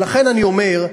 ולכן אני אומר: